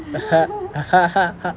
ha ha ha ha ha ha